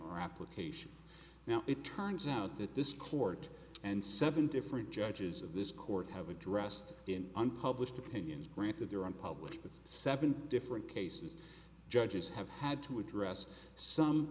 or application now it turns out that this court and seven different judges of this court have addressed in unpublished opinions granted their own published with seven different cases judges have had to address some